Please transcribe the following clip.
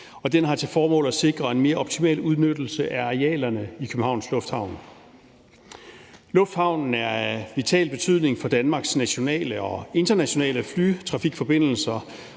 Aftalen har til formål at sikre en mere optimal udnyttelse af arealerne i Københavns Lufthavn. Lufthavnen er af vital betydning for Danmarks nationale og internationale flytrafikforbindelser,